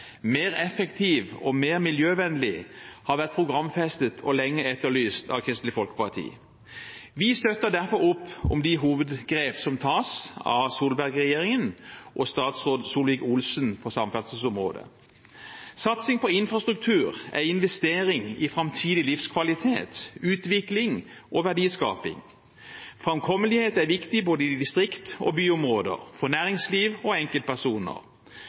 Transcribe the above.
mer effektiv og mer miljøvennlig, har vært programfestet og lenge etterlyst av Kristelig Folkeparti. Vi støtter derfor opp om de hovedgrep som tas av Solberg-regjeringen og statsråd Solvik-Olsen på samferdselsområdet. Satsing på infrastruktur er investering i framtidig livskvalitet, utvikling og verdiskaping. Framkommelighet er viktig både i distrikt og byområder, for næringsliv og enkeltpersoner.